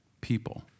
people